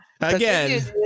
Again